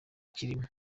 kirimo